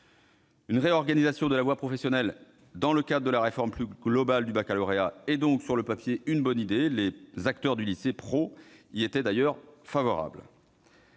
Une réorganisation de la voie professionnelle, dans le cadre de la réforme plus globale du baccalauréat, est donc, sur le papier, une bonne idée. Les acteurs du lycée pro y étaient d'ailleurs favorables.